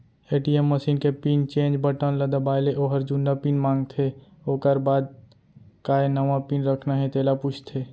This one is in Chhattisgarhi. ए.टी.एम मसीन के पिन चेंज बटन ल दबाए ले ओहर जुन्ना पिन मांगथे ओकर बाद काय नवा पिन रखना हे तेला पूछथे